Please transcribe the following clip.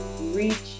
reach